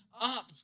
up